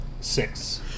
Six